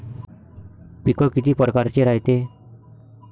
पिकं किती परकारचे रायते?